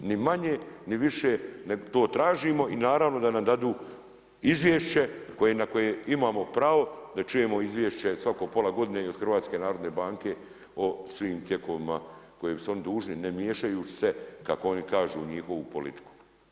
Ni manje, ni više nego to tražimo i naravno da nam dadu izvješće na koje imamo pravo da čujemo izvješće svako pola godine i od Hrvatske narodne banke o svim tijekovima koje su oni dužni ne miješajući se kako oni kažu u njihovu politiku.